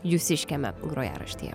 jūsiškiame grojaraštyje